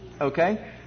Okay